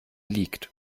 liegt